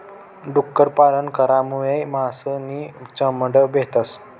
डुक्कर पालन करामुये मास नी चामड भेटस